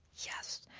yes.